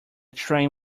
train